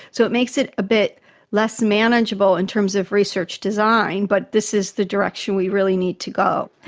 so it makes it a bit less manageable in terms of research design, but this is the direction we really need to go.